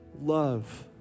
love